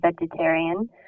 vegetarian